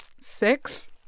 Six